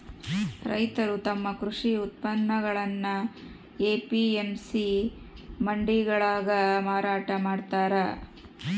ರೈತರು ತಮ್ಮ ಕೃಷಿ ಉತ್ಪನ್ನಗುಳ್ನ ಎ.ಪಿ.ಎಂ.ಸಿ ಮಂಡಿಗಳಾಗ ಮಾರಾಟ ಮಾಡ್ತಾರ